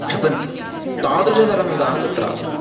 क्षिपन्ति तादृशाः तरङ्गाः तत्र आसन्